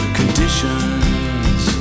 conditions